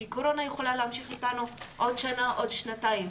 כי הקורונה יכולה להמשיך איתנו עוד שנה ועוד שנתיים,